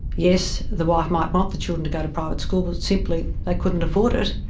yes, the wife might want the children to go to private school but simply they couldn't afford it,